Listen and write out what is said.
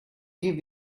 give